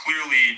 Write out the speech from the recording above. clearly